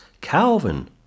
Calvin